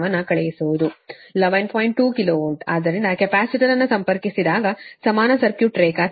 2 KV ಆದ್ದರಿಂದ capacitor ಅನ್ನು ಸಂಪರ್ಕಿಸಿದಾಗ ಸಮಾನ ಸರ್ಕ್ಯೂಟ್ ರೇಖಾಚಿತ್ರ